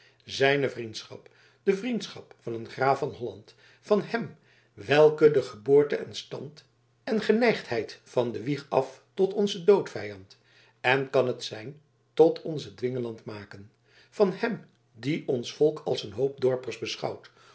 zijne vriendschap de vriendschap van een graaf van holland van hem welken en geboorte en stand en geneigdheid van de wieg af tot onzen doodvijand en kan t zijn tot onzen dwingeland maken van hem die ons volk als een hoop dorpers beschouwt